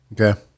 Okay